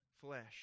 flesh